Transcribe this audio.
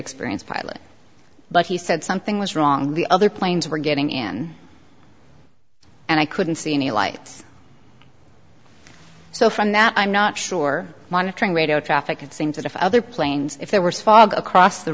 experienced pilot but he said something was wrong the other planes were getting in and i couldn't see any light so from that i'm not sure monitoring radio traffic it seems that if other planes if there were fog across the